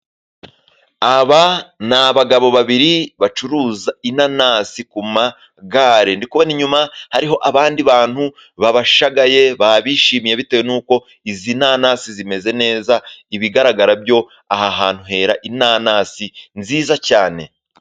Aba ni abagabo babiri bacuruza inanasi ku magare, ndi kubona inyuma, hariho abandi bantu babashagaye babishimiye, bitewe n' uko izi nanasi zimeze neza, ibigaragara byo aha hantu hera inanasi nziza cyane.